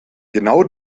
genau